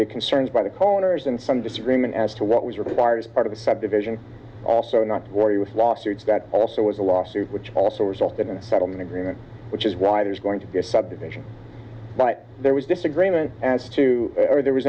the concerns by the callers and some disagreement as to what was required as part of the subdivision so not to bore you with lawsuits that also was a lawsuit which also resulted in a settlement agreement which is why there's going to be a subdivision but there was disagreement as to whether there was